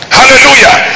hallelujah